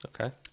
Okay